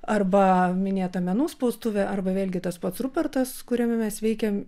arba minėta menų spaustuvė arba vėlgi tas pats rupertas kuriame mes veikiam